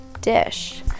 dish